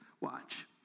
watch